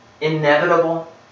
Inevitable